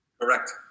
Correct